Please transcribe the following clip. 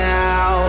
now